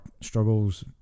struggles